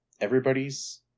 Everybody's